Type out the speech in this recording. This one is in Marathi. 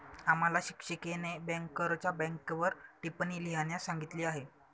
आम्हाला शिक्षिकेने बँकरच्या बँकेवर टिप्पणी लिहिण्यास सांगितली आहे